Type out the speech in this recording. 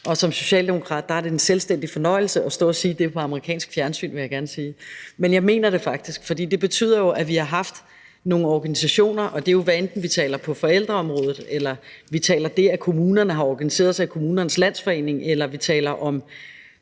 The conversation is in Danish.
Som socialdemokrat er det en selvstændig fornøjelse at stå og sige det på amerikansk fjernsyn, vil jeg gerne sige. Men jeg mener det faktisk, for det betyder jo, at vi har haft nogle organisationer med – og det er jo, hvad enten vi taler om forældreområdet, eller vi taler om det, at kommunerne har organiseret sig i Kommunernes Landsforening, eller vi taler om